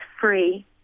free